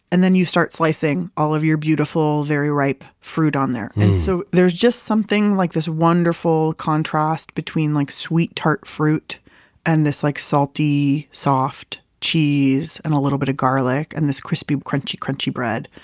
and then you start slicing all of your beautiful, very ripe fruit on there. and so there's just something. like this wonderful contrast between like sweet tart fruit and this like salty, soft cheese and a little bit of garlic and this crispy, crunchy, crunchy bread.